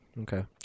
Okay